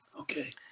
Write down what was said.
Okay